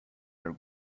are